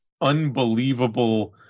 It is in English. unbelievable